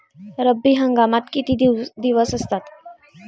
रब्बी हंगामात किती दिवस असतात?